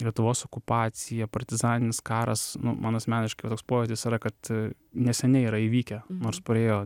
lietuvos okupacija partizaninis karas man asmeniškai toks pojūtis yra kad neseniai yra įvykę nors praėjo